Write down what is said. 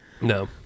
No